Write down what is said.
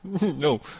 No